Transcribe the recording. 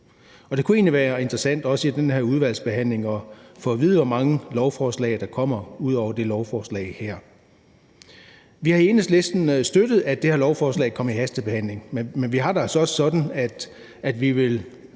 Det kunne egentlig være interessant under udvalgsbehandlingen at få at vide, hvor mange lovforslag der kommer ud over det her lovforslag. Vi har i Enhedslisten støttet, at det her lovforslag blev hastebehandlet, men vi har det altså også sådan, at vi vil